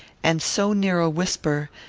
and so near a whisper,